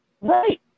Right